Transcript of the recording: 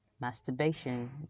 masturbation